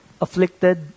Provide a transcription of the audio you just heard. afflicted